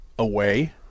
Away